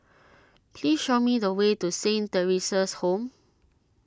please show me the way to Saint theresa's Home